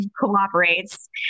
cooperates